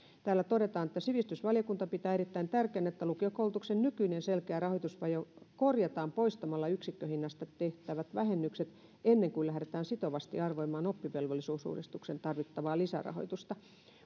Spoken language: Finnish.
sivistysvaliokunta pitää erittäin tärkeänä että lukiokoulutuksen nykyinen selkeä rahoitusvaje korjataan poistamalla yksikköhinnasta tehtävät vähennykset ennen kuin lähdetään sitovasti arvioimaan oppivelvollisuusuudistukseen tarvittavaa lisärahoitusta